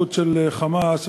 לגנות אותם,